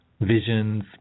visions